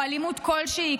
או אלימות כלשהי,